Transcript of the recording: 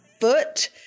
foot